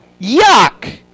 Yuck